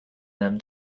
them